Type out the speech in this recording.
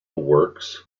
works